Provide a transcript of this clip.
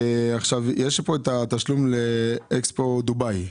יש כאן תשלום לאקספו דובאי.